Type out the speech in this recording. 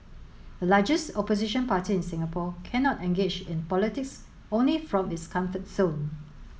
the largest opposition party in Singapore cannot engage in politics only from its comfort zone